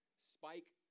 spike